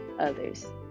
others